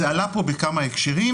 וזה עלה פה בכמה הקשרים,